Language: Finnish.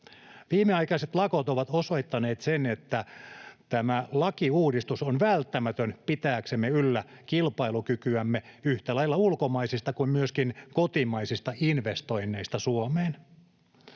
Viimeaikaiset lakot ovat osoittaneet sen, että tämä lakiuudistus on välttämätön pitääksemme yllä kilpailukykyämme yhtä lailla ulkomaisista kuin kotimaisista investoinneista Suomeen.